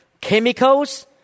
chemicals